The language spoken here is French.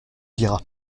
dira